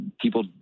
people